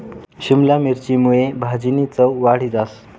शिमला मिरची मुये भाजीनी चव वाढी जास